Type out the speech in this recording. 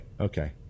okay